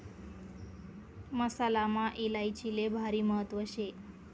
मसालामा इलायचीले भारी महत्त्व शे